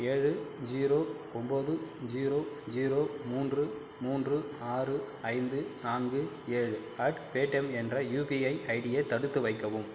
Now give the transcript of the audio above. ஏழு ஜீரோ ஒம்பது zero zero மூன்று மூன்று ஆறு ஐந்து நான்கு ஏழு அட் பேட்டம் என்ற யுபிஐ ஐடியை தடுத்து வைக்கவும்